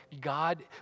God